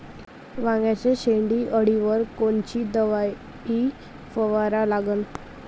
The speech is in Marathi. वांग्याच्या शेंडी अळीवर कोनची दवाई फवारा लागन?